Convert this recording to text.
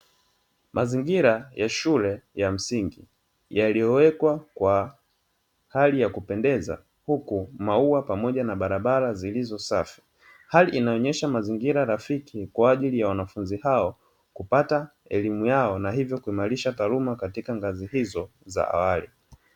Mazingira ya shule ya msingi, yaliyowekwa kwa hali ya kupendeza huku maua pamoja na barabara zilizo safi. Hali inayoonyesha mazingira rafiki kwa wanafunzi hao kupata elimu yao na hivyo kuimarisha taaluma katika ngazi hizo za awali.